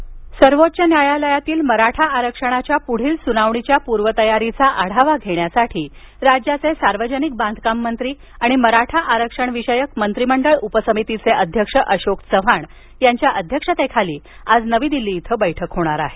मराठा आरक्षण सर्वोच्च न्यायालयातील मराठा आरक्षणाच्या पुढील सुनावणीच्या पूर्वतयारीचा आढावा घेण्यासाठी राज्याचे सार्वजनिक बांधकाममंत्री आणि मराठा आरक्षणविषयक मंत्रिमंडळ उपसमितीचे अध्यक्ष अशोक चव्हाण यांच्या अध्यक्षतेखाली आज नवी दिल्लीत बैठक होणार आहे